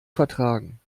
vertragen